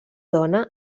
dona